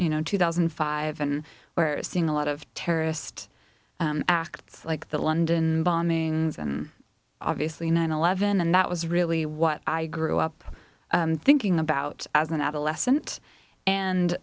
you know two thousand and five and where seeing a lot of terrorist acts like the london bombings and obviously nine eleven and that was really what i grew up thinking about as an adolescent and